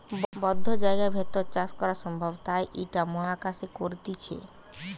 বদ্ধ জায়গার ভেতর চাষ করা সম্ভব তাই ইটা মহাকাশে করতিছে